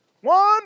One